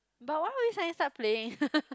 but why would it suddenly start playing